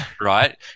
Right